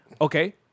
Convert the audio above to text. Okay